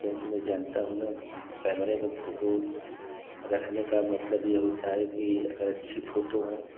क्योंकि मैं जानता हूँ ना कैमरे में फोटो रखने का मतलब यह होता है कि अगर अच्छी फोटो है